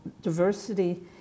diversity